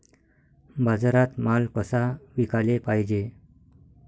बाजारात माल कसा विकाले पायजे?